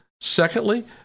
Secondly